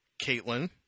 Caitlin